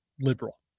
liberal